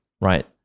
right